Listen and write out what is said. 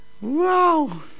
wow